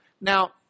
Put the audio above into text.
Now